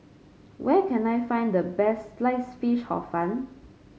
where can I find the best Sliced Fish Hor Fun